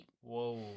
Whoa